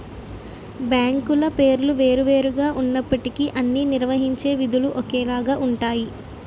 బ్యాంకుల పేర్లు వేరు వేరు గా ఉన్నప్పటికీ అవి నిర్వహించే విధులు ఒకేలాగా ఉంటాయి